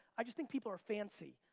i just think people are fancy.